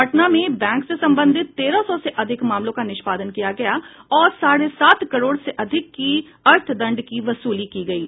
पटना में बैंक से संबंधित तेरह सौ से अधिक मामलों का निष्पादन किया गया और साढ़े सात करोड़ से अधिक की अर्थदंड की वसूली की गयी